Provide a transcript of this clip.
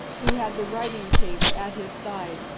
who had the writing case at his side.